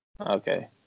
okay